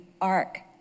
ark